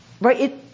right